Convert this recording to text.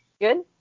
Good